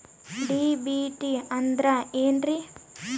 DBT ಅಂದ್ರ ಏನ್ರಿ?